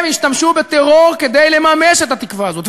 הם ישתמשו בטרור כדי לממש את התקווה הזאת.